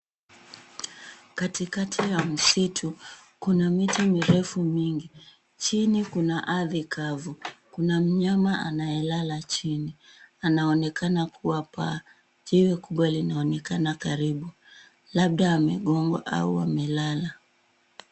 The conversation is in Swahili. Kati kati ya msitu kuna miti mirefu mingi chini kuna ardhi kavu kuna mnyama anaye lala chini anaonekana kuwa paa jiwe kubwa linaonekana karibu labda amegongwa au amelala.